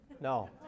No